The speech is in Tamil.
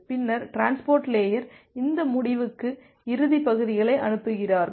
பின்னர் டிரான்ஸ்போர்ட் லேயர் இந்த முடிவுக்கு இறுதி பகுதிகளை அனுப்புகிறார்கள்